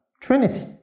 Trinity